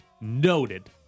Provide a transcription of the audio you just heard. noted